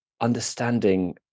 understanding